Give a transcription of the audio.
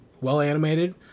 well-animated